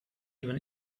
even